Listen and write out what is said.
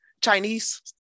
Chinese